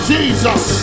Jesus